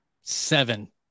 Seven